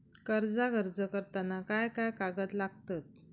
कर्जाक अर्ज करताना काय काय कागद लागतत?